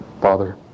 father